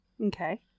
Okay